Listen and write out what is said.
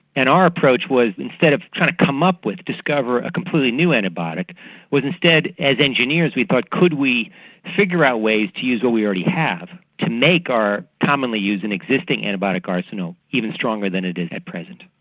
and our approach was instead of trying to come up with or discover a completely new antibiotic was instead as engineers we thought could we figure out ways to use what we already have to make our commonly used and existing antibiotic arsenal even stronger than it is at present.